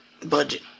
budget